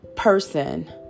Person